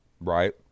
Right